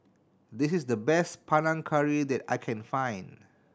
this is the best Panang Curry that I can find